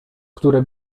które